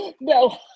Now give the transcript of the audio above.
No